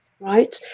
Right